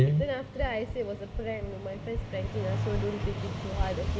then after that I said it was a prank my friends pranking uh so don't take it to heart okay